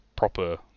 proper